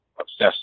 obsessed